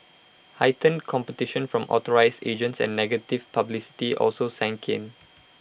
heightened competition from authorised agents and negative publicity also sank in